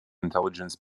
intelligence